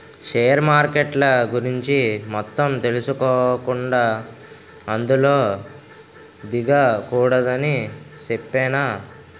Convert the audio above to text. share మార్కెట్ల గురించి మొత్తం తెలుసుకోకుండా అందులో దిగకూడదని చెప్పేనా